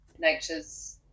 nature's